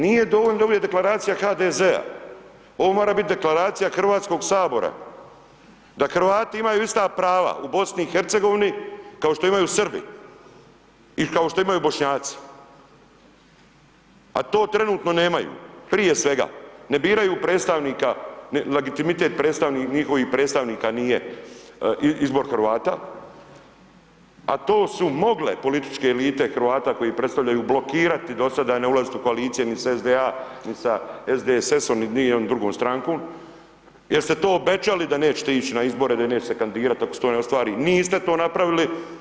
Nije dovoljna Deklaracija HDZ-a, ovo mora biti Deklaracija HS-a, da Hrvati imaju ista prava u BiH, kao što imaju Srbi i kao što imaju Bošnjaci, a to trenutno nemaju, prije svega, ne biraju predstavnika, legitimitet njihovih predstavnika nije izbor Hrvata, a to su mogle političke elite Hrvata koji predstavljaju blokirati do sada ne ulaziti u koalicije ni s SDA, ni sa SDSS-om, niti nijednom drugom strankom jer ste to obećali da nećete ići na izbore, da nećete se kandidirati ako se to ne ostvari, niste to napravili.